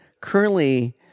currently